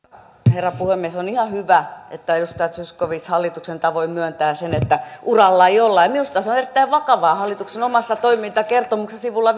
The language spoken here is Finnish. herra puhemies on ihan hyvä että edustaja zyskowicz hallituksen tavoin myöntää sen että uralla ei olla ja minusta se on erittäin vakavaa hallituksen omassa toimintakertomuksessa sivulla